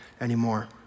anymore